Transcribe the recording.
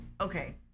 okay